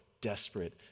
desperate